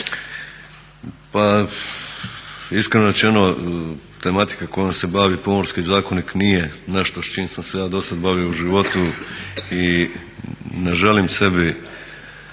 Pa iskreno rečeno, tematika kojom se bavi Pomorski zakonit nije nešto s čime sam se ja do sada bavio u životu i ne želim sebi